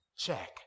Check